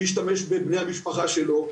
להשתמש בבני המשפחה שלו,